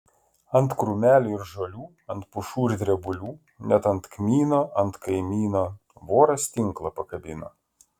ant krūmelių ir žolių ant pušų ir drebulių net ant kmyno ant kaimyno voras tinklą pakabino